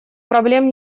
проблем